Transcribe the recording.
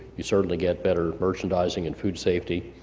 you certainly get better merchandising and food safety.